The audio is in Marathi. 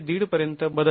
५ पर्यंत बदलते